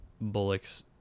Bullock's